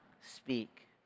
speak